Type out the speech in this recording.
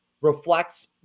reflects